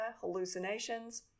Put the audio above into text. hallucinations